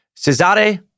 Cesare